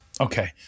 Okay